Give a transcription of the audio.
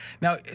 Now